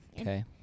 Okay